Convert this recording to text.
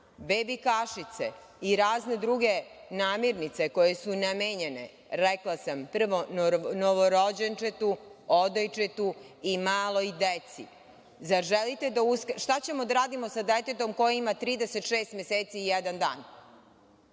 bebi kašice i razne druge namirnice koje su namenjene, rekla sam, prvo novorođenčetu, odojčetu i maloj deci… Šta ćemo da radimo sa detetom koje ima 36 meseci i jedan dan?